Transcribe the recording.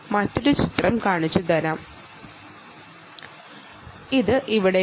മറ്റൊരു ചിത്രം കാണിച്ചുതരാം അത് ഇവിടെയുണ്ട്